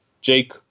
Jake